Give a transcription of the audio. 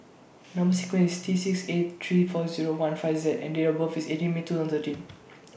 Number sequence IS T six eight three four Zero one five Z and Date of birth IS eighteen May two thousand and thirteen